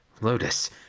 Lotus